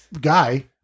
guy